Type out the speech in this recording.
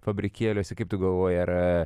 fabrikėliuose kaip tu galvoji ar